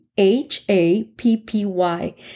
H-A-P-P-Y